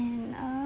and um